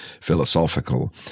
philosophical